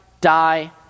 die